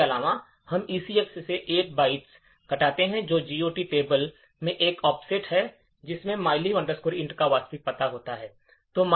इसके अलावा हम ECX से 8 बाइट्स घटाते हैं जो कि GOT टेबल में एक ऑफसेट है जिसमें mylib int का वास्तविक पता होता है